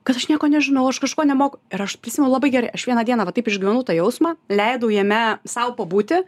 kad aš nieko nežinau aš kažko nemoku ir aš prisimenu labai gerai aš vieną dieną taip išgyvenu tą jausmą leidau jame sau pabūti